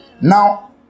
Now